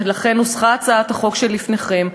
ולכן נוסחה הצעת החוק שלפניכם,